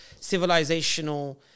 civilizational